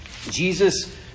Jesus